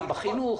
גם בחינוך,